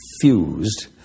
fused